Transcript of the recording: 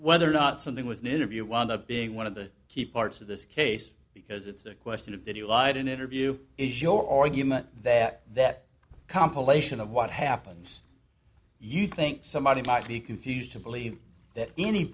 whether or not something was an interview wound up being one of the key parts of this case because it's a question of did you lied in interview is your argument that that compilation of what happens you think somebody might be confused to believe that any